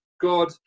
God